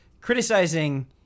criticizing